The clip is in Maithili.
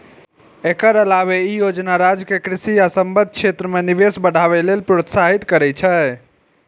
एकर अलावे ई योजना राज्य कें कृषि आ संबद्ध क्षेत्र मे निवेश बढ़ावे लेल प्रोत्साहित करै छै